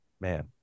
man